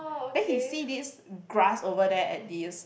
then he see this grass over there at this